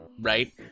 Right